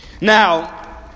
Now